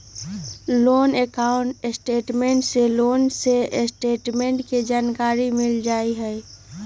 loan account statement से loan के status के जानकारी मिल जाइ हइ